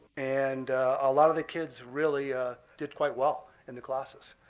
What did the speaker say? and a lot of the kids really ah did quite well in the classes.